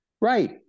right